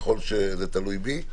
ככל שזה תלוי בי,